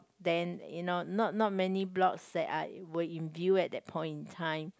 then you know not not many blocks that are were in view at that point in time